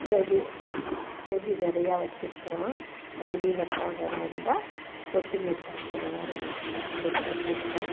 செடி செடி நிறையா வச்சுருக்குறோம் வெளியில் போகிறதா இருந்தால் சொட்டு நீர் பாசனம் வரவச்சுட்டு கொஞ்சம் வச்சுருப்பேன்